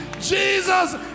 Jesus